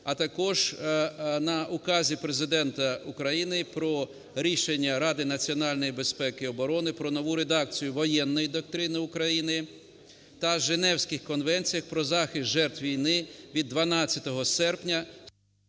а також на Указі Президента України про рішення Ради національної безпеки і оборони про нову редакції Воєнної доктрини України та Женевських конвенціях про захист жертв війни від 12 серпня…